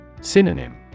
Synonym